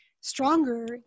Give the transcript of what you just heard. stronger